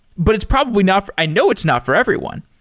but it's probably not i know it's not for everyone.